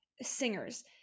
singers